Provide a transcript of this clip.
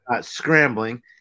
scrambling